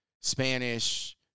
Spanish